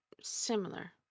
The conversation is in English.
similar